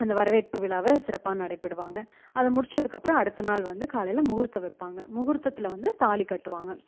அந்த வரவேற்பு விழாவ சிறப்பாக நடைபெறுவாங்க அதை முடிச்சதுக்கப்புறம் அடுத்த நாள் வந்து காலையில் முகூர்த்தம் வைப்பாங்க முகூர்த்தத்தில் வந்து தாலி கட்டுவாங்க